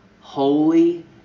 holy